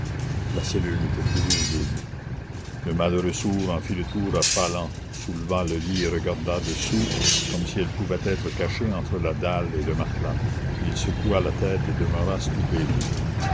la cellule était toujours vide le malheureux sourd en fit le tour à pas lents souleva le lit et regarda dessous comme si elle pouvait être cachée entre la dalle et le matelas puis il secoua la tête et demeura stupide